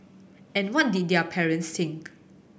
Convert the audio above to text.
and what did their parents think